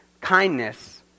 kindness